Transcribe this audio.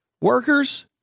workers